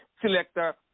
selector